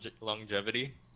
longevity